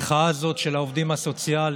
המחאה הזאת של העובדים הסוציאליים